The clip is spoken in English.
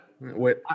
Wait